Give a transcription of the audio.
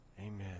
Amen